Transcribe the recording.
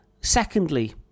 Secondly